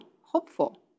hopeful